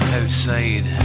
outside